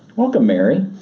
welcome mary.